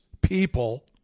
people